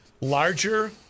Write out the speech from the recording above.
Larger